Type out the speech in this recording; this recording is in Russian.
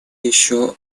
еще